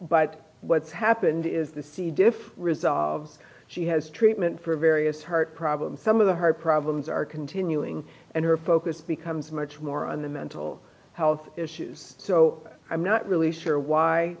but what's happened is the c diff result she has treatment for various heart problems some of the her problems are continuing and her focus becomes much more on the mental health issues so i'm not really sure why